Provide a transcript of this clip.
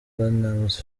platnumz